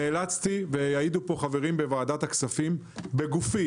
נאלצתי ויעידו פה החברים מוועדת הכספים בגופי